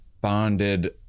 bonded